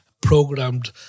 programmed